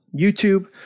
YouTube